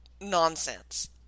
nonsense